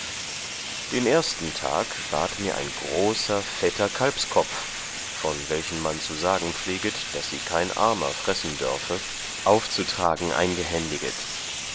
den ersten tag ward mir ein großer fetter kalbskopf von welchen man zu sagen pfleget daß sie kein armer fressen dörfe aufzutragen eingehändiget